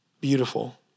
beautiful